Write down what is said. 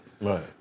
Right